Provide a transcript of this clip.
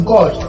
God